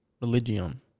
Religion